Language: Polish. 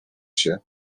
się